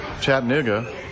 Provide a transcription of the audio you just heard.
Chattanooga